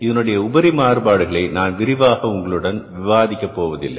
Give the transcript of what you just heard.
எனவே இதனுடைய உபரி மாறுபாடுகளை நான் விரிவாக உங்களுடன் விவாதிக்க போவதில்லை